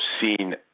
seen